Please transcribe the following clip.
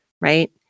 right